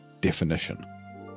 definition